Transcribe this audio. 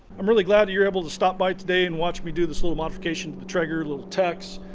i'm really glad you're able to stop by today and watch me do this little modification to the traeger little tex!